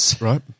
Right